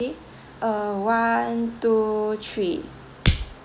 eh uh one two three